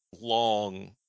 long